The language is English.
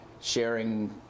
sharing